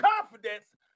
confidence